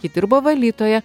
ji dirbo valytoja